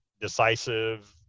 decisive